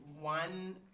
one